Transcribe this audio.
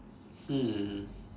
hmm